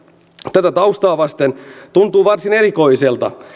tätä taustaa vasten tuntuu varsin erikoiselta